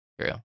True